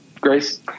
Grace